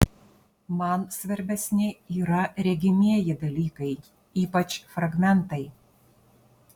man svarbesni yra regimieji dalykai ypač fragmentai